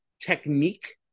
technique